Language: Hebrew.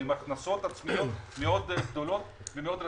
ועם הכנסות עצמיות מאוד גדולות ומאוד רציניות.